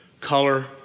color